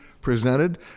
presented